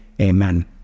Amen